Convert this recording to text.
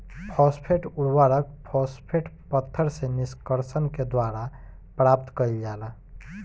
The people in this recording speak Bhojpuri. फॉस्फेट उर्वरक, फॉस्फेट पत्थर से निष्कर्षण के द्वारा प्राप्त कईल जाला